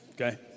Okay